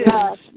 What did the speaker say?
Yes